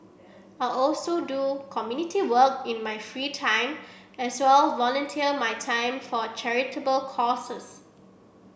I also do community work in my free time as well volunteer my time for charitable causes